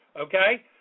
okay